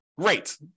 great